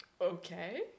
Okay